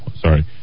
Sorry